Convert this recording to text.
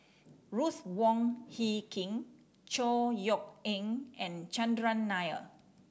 Ruth Wong Hie King Chor Yeok Eng and Chandran Nair